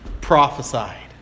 prophesied